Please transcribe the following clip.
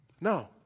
No